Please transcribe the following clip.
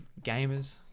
gamers